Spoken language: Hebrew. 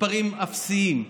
מספרים אפסיים,